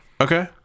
Okay